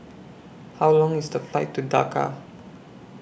How Long IS The Flight to Dhaka